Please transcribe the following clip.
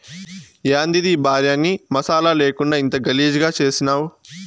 యాందిది ఈ భార్యని మసాలా లేకుండా ఇంత గలీజుగా చేసినావ్